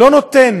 לא נותן